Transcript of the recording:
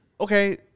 okay